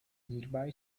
nearby